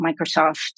Microsoft